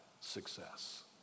success